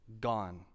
gone